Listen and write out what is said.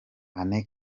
anne